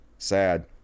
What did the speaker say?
Sad